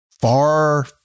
far